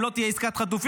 אם לא תהיה עסקת חטופים,